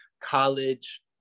college